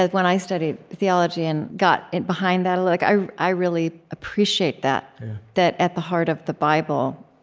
when i studied theology, and got and behind that. like i i really appreciate that that at the heart of the bible,